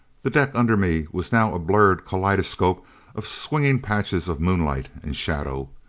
the deck under me was now a blurred kaleidoscope of swinging patches of moonlight and shadow.